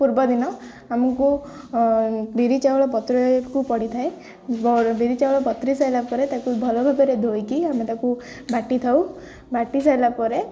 ପୂର୍ବଦିନ ଆମକୁ ବିରି ଚାଉଳ ପତ୍ରକୁ ପଡ଼ିଥାଏ ବିରି ଚାଉଳ ପତ୍ର ସାରିଲା ପରେ ତାକୁ ଭଲ ଭାବରେ ଧୋଇକି ଆମେ ତାକୁ ବାଟିଥାଉ ବାଟି ସାରିଲା ପରେ